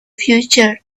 future